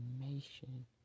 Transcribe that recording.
information